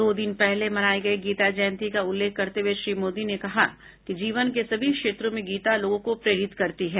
दो दिन पहले मनाई गई गीता जयंती का उल्लेख करते हुए श्री मोदी ने कहा कि जीवन के सभी क्षेत्रों में गीता लोगों को प्रेरित करती है